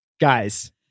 guys